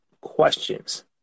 questions